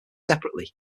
separately